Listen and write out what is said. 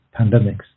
pandemics